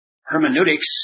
Hermeneutics